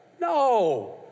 No